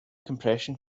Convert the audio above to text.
compression